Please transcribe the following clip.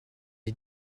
est